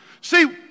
See